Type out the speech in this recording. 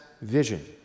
vision